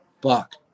Buck